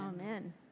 Amen